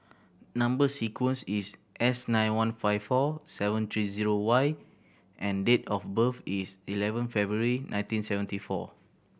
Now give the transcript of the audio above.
number sequence is S nine one five four seven three zero Y and date of birth is eleven February nineteen seventy four